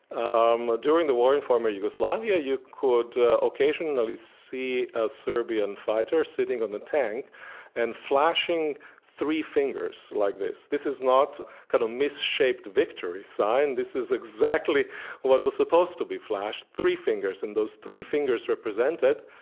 um during the war in former yugoslavia you could occasionally see a serbian fighter sitting in a tank and flashing three fingers like this. this is not a misshaped victory sign, this is exactly what was supposed to be flashed, three fingers. and those three fingers represented,